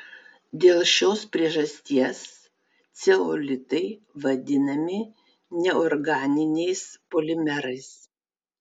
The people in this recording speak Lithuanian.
dėl šios priežasties ceolitai vadinami neorganiniais polimerais